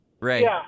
Ray